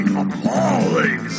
appalling